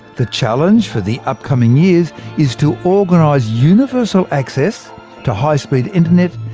the challenge for the upcoming years is to organise universal access to high-speed internet,